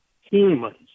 humans